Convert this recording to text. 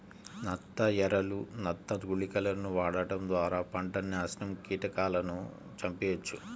నత్త ఎరలు, నత్త గుళికలను వాడటం ద్వారా పంటని నాశనం కీటకాలను చంపెయ్యొచ్చు